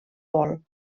bol